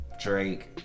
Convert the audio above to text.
Drake